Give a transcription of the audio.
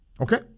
Okay